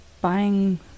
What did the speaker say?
buying